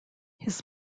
his